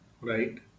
right